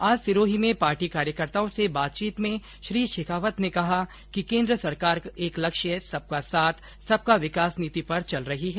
आज सिरोही में पार्टी कार्यकर्ताओं से बातचीत में श्री शेखावत ने कहा कि केन्द्र सरकार एक लक्ष्य सबका साथ सबका विकास नीति पर चल रही है